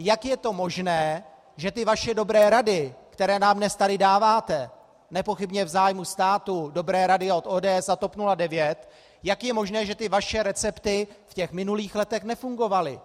Jak je to možné, že ty vaše dobré rady, které nám dnes tady dáváte, nepochybně v zájmu státu, dobré rady od ODS a TOP 09, jak je možné, že ty vaše recepty v minulých letech nefungovaly?